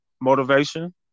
motivation